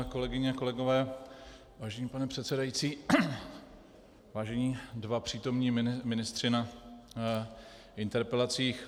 Kolegyně a kolegové, vážený pane předsedající, vážení dva přítomní ministři na interpelacích.